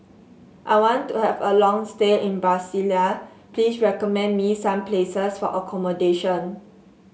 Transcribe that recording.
I want to have a long stay in Brasilia please recommend me some places for accommodation